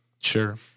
Sure